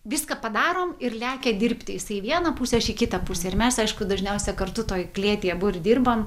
viską padarom ir lekia dirbti jisai į vieną pusę aš į kitą pusę ir mes aišku dažniausia kartu toj klėty abu ir dirbam